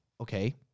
okay